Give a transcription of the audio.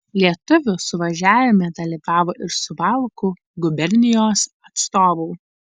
lietuvių suvažiavime dalyvavo ir suvalkų gubernijos atstovų